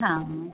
ਹਾਂ